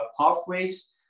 pathways